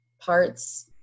parts